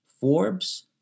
Forbes